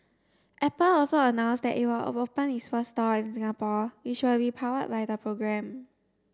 Apple also announced that it will open its first store in Singapore which will be powered by the program